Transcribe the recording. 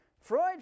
Freud